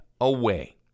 away